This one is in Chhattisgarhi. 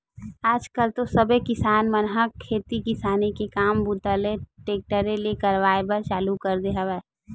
आज कल तो सबे किसान मन ह खेती किसानी के काम बूता ल टेक्टरे ले करवाए बर चालू कर दे हवय